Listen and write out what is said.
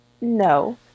no